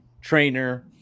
trainer